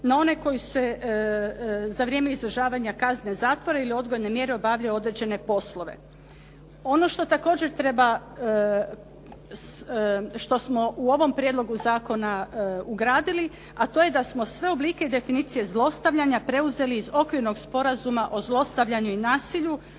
na one koji se za vrijeme izdržavanja kazne zatvora ili odgojne mjere obavljaju određene poslove. Ono što također treba, što smo u ovom prijedlogu zakona ugradili a to je da smo sve oblike i definicije zlostavljanja preuzeli iz Okvirnog sporazuma o zlostavljanju i nasilju